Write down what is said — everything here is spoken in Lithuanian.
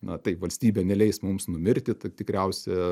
na taip valstybė neleis mums numirti tai tikriausia